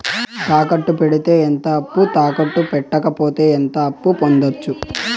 తాకట్టు పెడితే ఎంత అప్పు, తాకట్టు పెట్టకపోతే ఎంత అప్పు పొందొచ్చు?